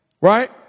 right